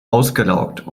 ausgelaugt